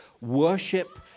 worship